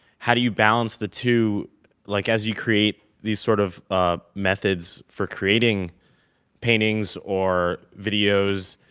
how do you balance the two like as you create these sort of methods for creating paintings or videos,